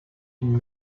une